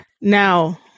Now